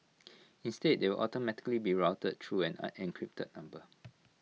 instead they will automatically be routed through an encrypted number